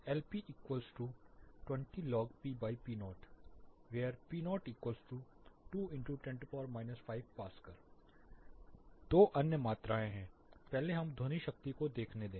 Lp20log pp0 p02 10 5Pa V Nm2 दो अन्य मात्राएँ हैं पहले हमें ध्वनि शक्ति को देखने दें